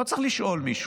לא צריך לשאול מישהו,